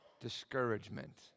discouragement